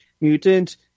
Mutant